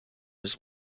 his